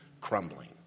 crumbling